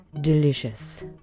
delicious